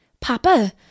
Papa